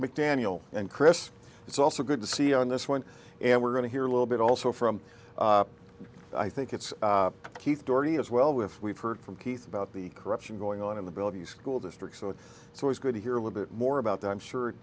mcdaniel and chris it's also good to see on this one and we're going to hear a little bit also from i think it's keith doherty as well with we've heard from keith about the corruption going on in the bill the school district so it's always good to hear a little bit more about that i'm sure it